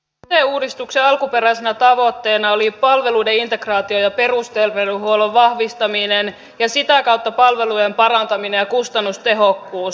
sote uudistuksen alkuperäisenä tavoitteena oli palveluiden integraatio ja perusterveydenhuollon vahvistaminen ja sitä kautta palvelujen parantaminen ja kustannustehokkuus